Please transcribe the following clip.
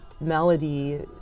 melody